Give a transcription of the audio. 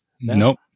Nope